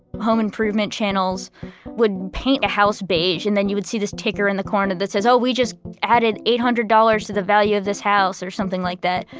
home improvement channels would paint a house beige and then you would see this ticker in the corner that says, oh we just added eight hundred dollars to the value of this house. or something like that.